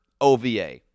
OVA